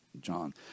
John